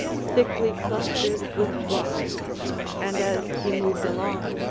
thickly clustered with flocks and as he moved along,